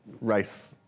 race